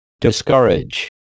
Discourage